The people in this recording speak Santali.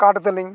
ᱠᱟᱨᱰ ᱛᱟᱹᱞᱤᱧ